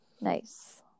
nice